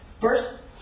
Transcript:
first